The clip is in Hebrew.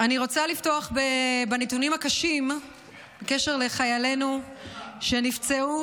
אני רוצה לפתוח בנתונים הקשים בקשר לחיילינו שנפצעו